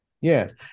Yes